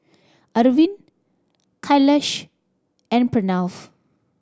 Arvind Kailash and Pranav